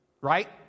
Right